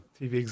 TV